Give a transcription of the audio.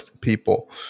people